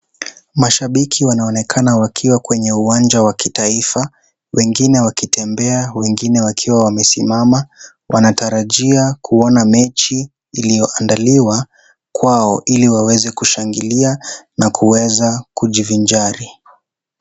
Mashabiki wanaonekana wakiwa kwenye uwanja wa kitaifa. Wengine wakitembea wengine wakiwa wamesimama. Wanatarajia kuona mechi iliyoandaliwa kwao ili waweze kushangilia na kuweza kujivinjari.